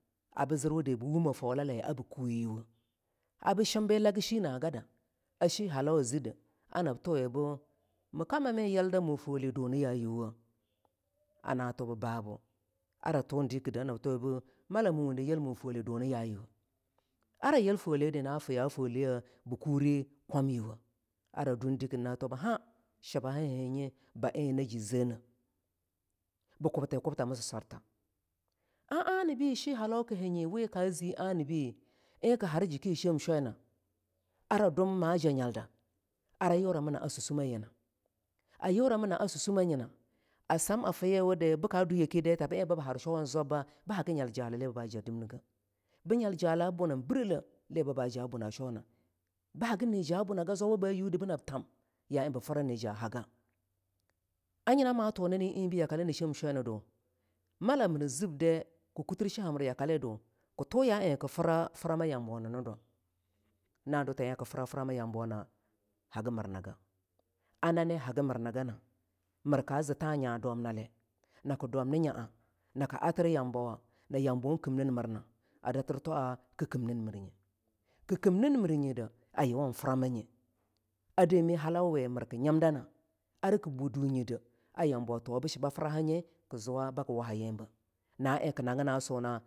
A buh zirwudi bu wume foahla la ye abuh kuwiyuwo abi shim bii lagi shenagada a shi halawa zidde a nab tuwebu mie kamami yil da mu foale duniyayuwoh na tubi babu ara thundekide anab tuwibu mala mii windiyil mu foah le duni yayuwoh ara il foaliyedi a fii bii kuri kwamyuwoh ara dun dikide na thubu ha shibaha hea nye ba eing na ji zeaneh bii kubtikubtami suswarta anabi shi halau kii hanye wiii ka zi anabi ein kii har jiki shem shukuna ara, dum ma janyal da ara yurami naa susumea yina ayurami naa susume ina a sam a fii yiwudi bii ka du yake dai tabe eing bii bea har shwawang zwabbabaye bii gii nyal jalali ba ja dimnige bii nyal jala buna birele li bii ba ja buna sheawna bii hagin na jaa buna shwawga bii zwaba ba yudi bii nab tham ya eing bii fira na jaah haga anyi na ma thu yakale nii shem shwaida mala ir zibde kii kutir shinha mirwu yakalidu kii a ya eing kii fira frama yambonii dwa na du ta ya eing kii fira frama yambo ni dwa na du ta ya ein kii fira frama yambona haggamirniga a nani hagimirning ne mir kaa zii-ihah nya dulamnale naki dwamniyada na kii atir yam bawa naa yamboh kimnimirna a atir twaa kii kimnimirnye kii kimnin mirnyide a yuwan framanye a dami halawawe mir ii nyinda ar ki bu dunyide aa yambo duwa bu shiba frahanye ki zuwa bakie waha yambe na eing ki nagina swunah.